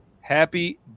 Happy